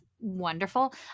wonderful